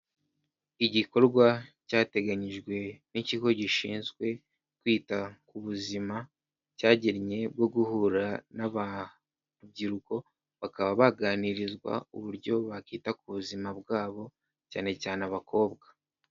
Igikorwa cyateganyijwe n'ikigo gishinzwe kwita ku buzima cyagennye bwo guhura n'urubyiruko bakaba baganirizwa uburyo bakita ku buzima bwabo cyane cyane abakobwa.